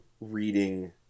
reading